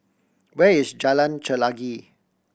where is Jalan Chelagi